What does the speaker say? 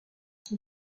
son